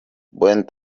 buen